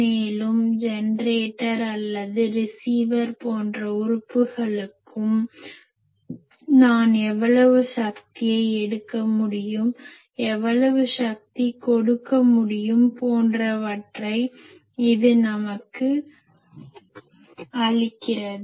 மேலும் ஜெனரேட்டர் அல்லது ரிசீவர் போன்ற உறுப்புகளுக்கும் நான் எவ்வளவு சக்தியை எடுக்க முடியும் எவ்வளவு சக்தி கொடுக்க முடியும் போன்றவற்றை இது நமக்கு அளிக்கிறது